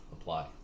apply